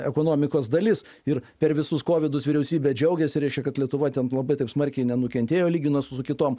ekonomikos dalis ir per visus kovidus vyriausybė džiaugiasi reiškia kad lietuva ten labai taip smarkiai nenukentėjo lyginant su kitom